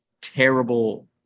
terrible